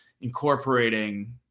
incorporating